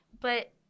But-